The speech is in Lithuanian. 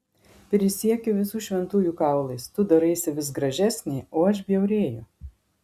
prisiekiu visų šventųjų kaulais tu daraisi vis gražesnė o aš bjaurėju